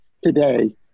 today